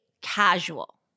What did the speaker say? casual